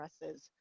addresses